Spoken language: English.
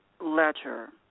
letter